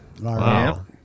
Wow